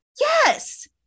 Yes